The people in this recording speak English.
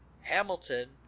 hamilton